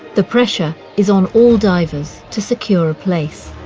the pressure is on all divers to secure a place.